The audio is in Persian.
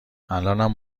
الانم